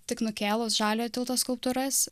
tik nukėlus žaliojo tilto skulptūras